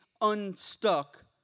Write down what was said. unstuck